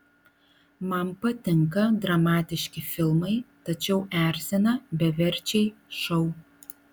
man patinka dramatiški filmai tačiau erzina beverčiai šou